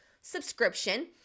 subscription